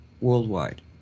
worldwide